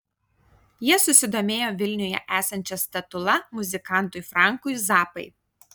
jie susidomėjo vilniuje esančia statula muzikantui frankui zappai